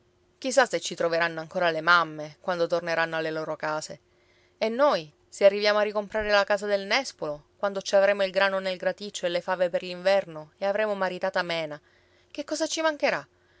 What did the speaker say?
chi sa se ci troveranno ancora le mamme quando torneranno alle loro case e noi se arriviamo a ricomprare la casa del nespolo quando ci avremo il grano nel graticcio e le fave per l'inverno e avremo maritata mena che cosa ci mancherà